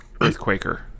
Earthquaker